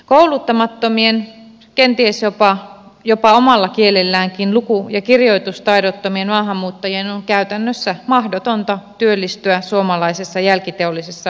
kouluttamattomien kenties jopa omalla kielelläänkin luku ja kirjoitustaidottomien maahanmuuttajien on käytännössä mahdotonta työllistyä suomalaisessa jälkiteollisessa yhteiskunnassa